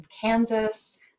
Kansas